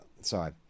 Sorry